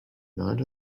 not